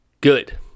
good